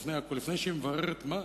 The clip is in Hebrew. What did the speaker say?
לפני הכול, לפני שהיא מבררת מה,